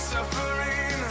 Suffering